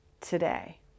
today